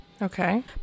Okay